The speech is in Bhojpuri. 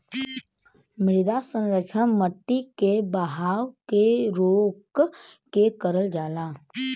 मृदा संरक्षण मट्टी के बहाव के रोक के करल जाला